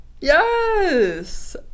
Yes